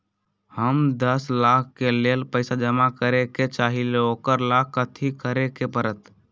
हम दस साल के लेल पैसा जमा करे के चाहईले, ओकरा ला कथि करे के परत?